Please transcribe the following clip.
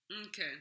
Okay